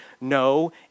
no